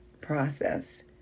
process